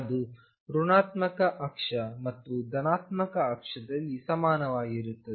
ಅದು ಋಣಾತ್ಮಕ ಅಕ್ಷ ಮತ್ತು ಧನಾತ್ಮಕ ಅಕ್ಷದಲ್ಲಿ ಸಮಾನವಾಗಿರುತ್ತದೆ